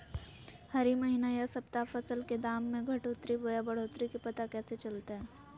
हरी महीना यह सप्ताह फसल के दाम में घटोतरी बोया बढ़ोतरी के पता कैसे चलतय?